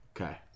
Okay